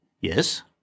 Yes